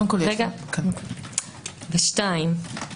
ושתיים,